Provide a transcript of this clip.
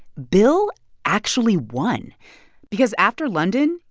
bill actually won because after london,